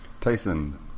Tyson